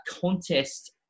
contest